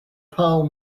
pearl